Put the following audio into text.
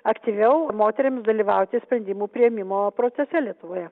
aktyviau moterims dalyvauti sprendimų priėmimo procese lietuvoje